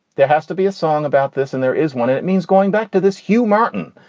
there has to be a song about this and there is one. it means going back to this hugh martin,